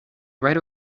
right